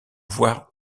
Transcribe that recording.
voir